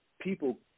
people